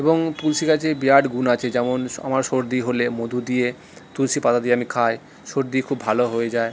এবং তুলসী গাছে বিরাট গুণ আছে যেমন আমার সর্দি হলে মধু দিয়ে তুলসী পাতা দিয়ে আমি খাই সর্দি খুব ভালো হয়ে যায়